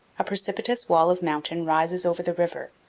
a precipitous wall of mountain rises over the river,